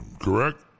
correct